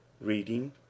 Reading